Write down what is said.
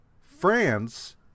France